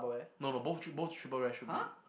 no no both both triple rare should be